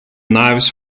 knives